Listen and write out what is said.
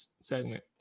segment